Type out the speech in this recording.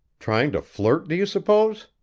trying to flirt, do you suppose?